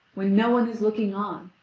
when no one is looking on,